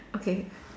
okay